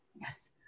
Yes